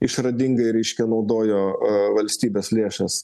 išradingai reškia naudojo valstybės lėšas